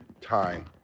time